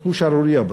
הוא שערורייה בסוף,